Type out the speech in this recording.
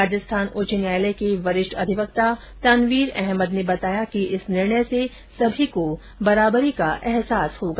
राजस्थान उच्च न्यायालय के वरिष्ठ अधिवक्ता तनवीर अहमद ने बताया कि इस निर्णय से सभी को बराबरी का अहसास होगा